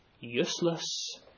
Useless